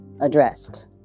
addressed